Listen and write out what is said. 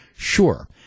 Sure